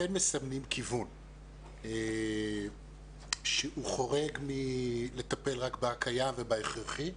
כן מסמנים כיוון שהוא חורג מלטפל רק בקיים ובהכרחי.